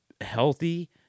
healthy